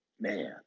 Man